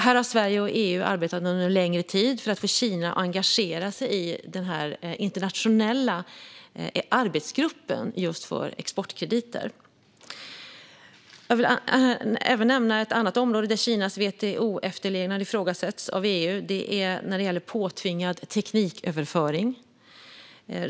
Här har Sverige och EU arbetat under en längre tid för att få Kina att engagera sig i den internationella arbetsgruppen för exportkrediter. Jag vill även nämna ett annat område där Kinas WTO-efterlevnad ifrågasätts av EU. Det gäller påtvingad tekniköverföring.